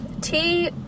tea